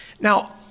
Now